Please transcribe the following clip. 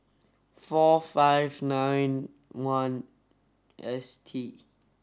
four five nine one S T